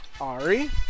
Ari